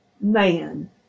man